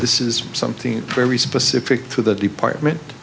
this is something very specific to the department